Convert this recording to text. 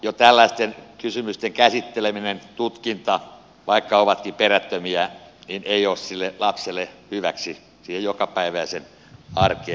jo tällaisten kysymysten käsitteleminen tutkinta vaikka ovatkin perättömiä ei ole sille lapselle hyväksi siihen jokapäiväiseen arkeen ja kehitykseen